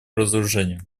разоружению